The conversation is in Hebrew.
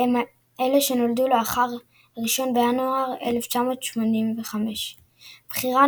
הם אלה שנולדו לאחר 1 בינואר 1985. הבחירה